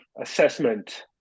assessment